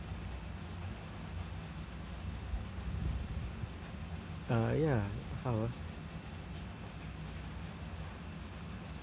uh ya how ah